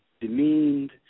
demeaned